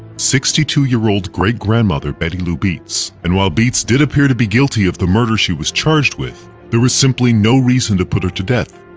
sixty two year old great-grandmother, betty lou beets. and while beets did appear to be guilty of the murder she was charged with, there was simply no reason to put her to death.